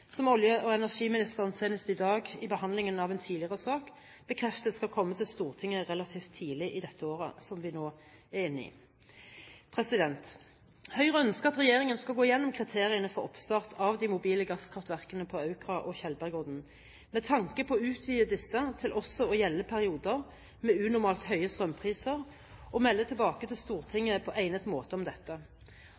som olje- og energiministeren senest i dag ved behandlingen av en tidligere sak bekreftet skal komme til Stortinget relativt tidlig i dette året som vi nå er inne i. Høyre ønsker at regjeringen skal gå gjennom kriteriene for oppstart av de mobile gasskraftverkene på Aukra og Tjeldbergodden, med tanke på å utvide disse til også å gjelde perioder med unormalt høye strømpriser og melde tilbake til